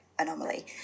anomaly